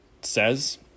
says